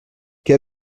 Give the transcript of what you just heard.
que